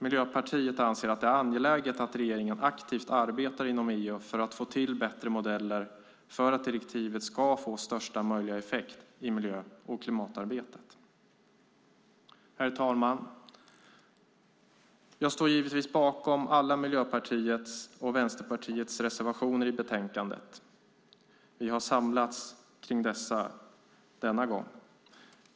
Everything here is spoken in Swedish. Miljöpartiet anser att det är angeläget att regeringen aktivt arbetar inom EU för att få till bättre modeller för att direktivet ska få största möjliga effekt i miljö och klimatarbetet. Herr talman! Jag står givetvis bakom alla Miljöpartiets och Vänsterpartiets reservationer i betänkandet. Vi har samlats kring dessa denna gång.